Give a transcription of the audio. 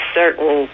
certain